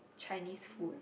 Chinese food